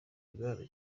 imana